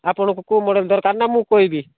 ଆପଣଙ୍କୁ କେଉଁ ମଡ଼େଲ୍ ଦରକାର ନା ମୁଁ କହିବି